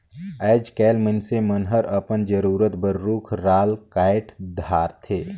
आयज कायल मइनसे मन हर अपन जरूरत बर रुख राल कायट धारथे